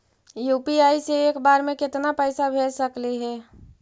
UPI से एक बार मे केतना पैसा भेज सकली हे?